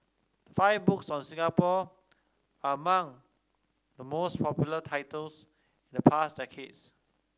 five books on Singapore are among the most popular titles in the past decades